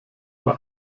bei